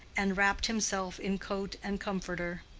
and wrapped himself in coat and comforter.